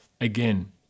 again